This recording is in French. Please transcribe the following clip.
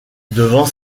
devant